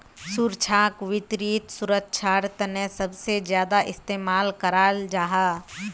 सुरक्षाक वित्त सुरक्षार तने सबसे ज्यादा इस्तेमाल कराल जाहा